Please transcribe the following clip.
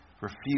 refuse